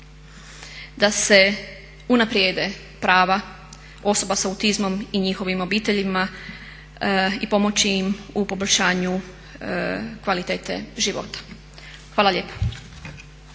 da se unaprijede prava osoba s autizmom i njihovim obiteljima i pomoći im u poboljšanju kvalitete života. Hvala lijepa.